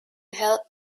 help